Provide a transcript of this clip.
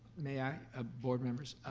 may i, ah board members?